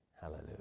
Hallelujah